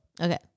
Okay